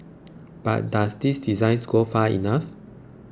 but does these designs go far enough